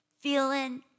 feeling